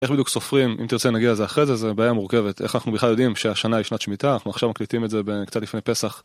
איך בדיוק סופרים, אם תרצה נגיע לזה אחרי זה, זה בעיה מורכבת. איך אנחנו בכלל יודעים שהשנה היא שנת שמיטה? אנחנו עכשיו מקליטים את זה קצת לפני פסח.